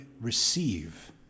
receive